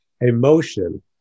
emotion